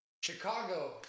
Chicago